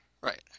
right